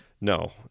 No